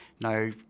no